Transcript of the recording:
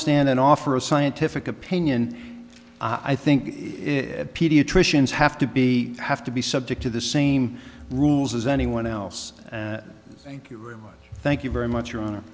stand and offer a scientific opinion i think pediatricians have to be have to be subject to the same rules as anyone else thank you very much